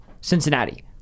Cincinnati